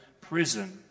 prison